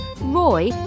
roy